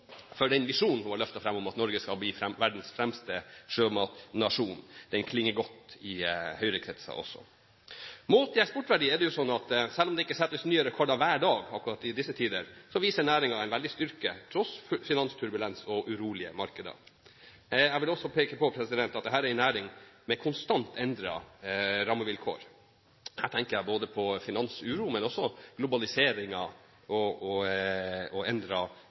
for den visjonen hun har løftet fram, om at Norge skal bli verdens fremste sjømatnasjon. Det klinger godt i Høyre-kretser også. Målt i eksportverdi er det slik at selv om det ikke settes nye rekorder hver dag akkurat i disse tider, viser næringen en veldig styrke, tross finansturbulens og urolige markeder. Jeg vil også peke på at dette er en næring der rammevilkårene er i konstant endring. Her tenker jeg på finansuro, men også på globaliseringen og endrede rammevilkår på den måten. I lys av næringens betydning for bosetting, sysselsetting og